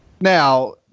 Now